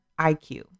iq